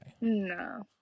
No